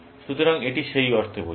সুতরাং এটি সেই অর্থে বোঝায়